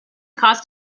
cost